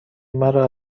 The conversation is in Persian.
مرا